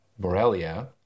Borrelia